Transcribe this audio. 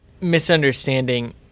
misunderstanding